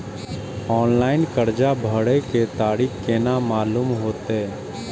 Online कर्जा भरे के तारीख केना मालूम होते?